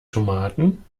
tomaten